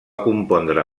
compondre